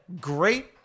great